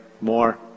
more